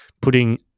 putting